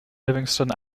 livingston